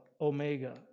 Omega